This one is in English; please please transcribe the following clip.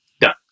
done